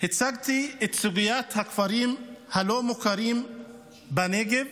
הצגתי את סוגיית הכפרים הלא-מוכרים בנגב,